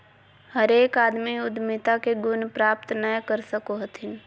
हरेक आदमी उद्यमिता के गुण प्राप्त नय कर सको हथिन